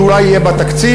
שאולי יהיה בתקציב,